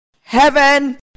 Heaven